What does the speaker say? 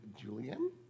Julian